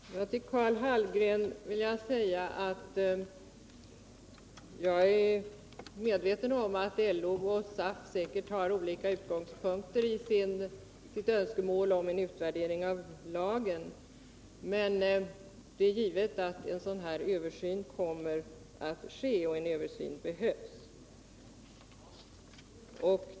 Herr talman! Till Karl Hallgren vill jag säga att jag är medveten om att LO och SAF säkerligen har olika utgångspunkter för sina önskemål om en utvärdering av lagen. Men det är klart att en sådan översyn kommer att ske, och en översyn behövs.